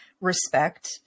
respect